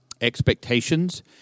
expectations